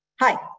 Hi